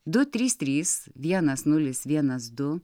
du trys trys vienas nulis vienas du